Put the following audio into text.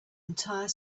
entire